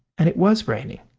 and it was raining.